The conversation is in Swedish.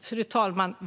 Fru talman!